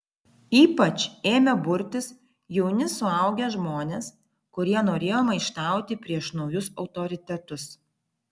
ypač ėmė burtis jauni suaugę žmonės kurie norėjo maištauti prieš naujus autoritetus